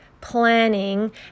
planning